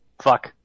Fuck